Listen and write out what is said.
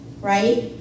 right